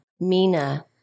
Mina